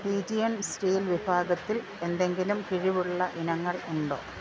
pigeon steel വിഭാഗത്തിൽ എന്തെങ്കിലും കിഴിവുള്ള ഇനങ്ങൾ ഉണ്ടോ